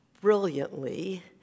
brilliantly